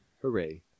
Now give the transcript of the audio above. Hooray